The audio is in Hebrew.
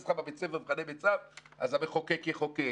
אז המחוקק יחוקק,